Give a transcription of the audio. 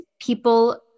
people